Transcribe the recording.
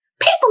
people